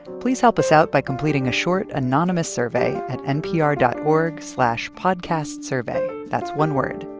please help us out by completing a short, anonymous survey at npr dot org slash podcastsurvey. that's one word.